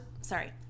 Sorry